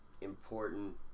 important